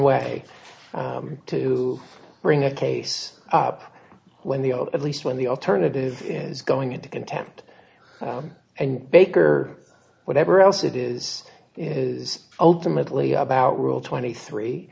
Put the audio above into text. way to bring a case up when the old at least when the alternative is going into contempt and baker or whatever else it is is ultimately about rule twenty three